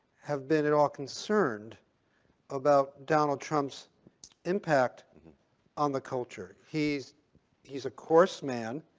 have been at all concerned about donald trump's impact on the culture. he's he's a coarse man.